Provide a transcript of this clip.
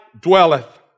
dwelleth